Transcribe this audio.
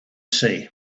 sea